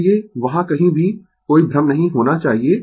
इसलिए वहां कहीं भी कोई भ्रम नहीं होना चाहिए